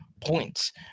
points